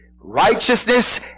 righteousness